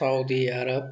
Saudi Arab